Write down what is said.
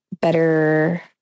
better